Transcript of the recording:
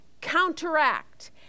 counteract